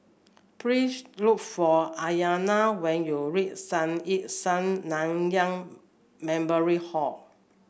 please look for Aryana when you reach Sun Yat Sen Nanyang Memorial Hall